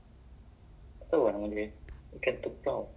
you mean the ikan is the the one that is boneless eh